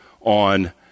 on